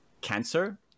cancer